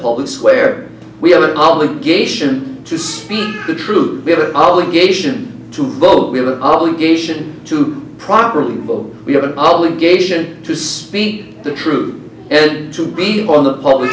public square we have an obligation to speak the truth obligation to vote we have an obligation to properly vote we have an obligation to speak the truth and to be on the public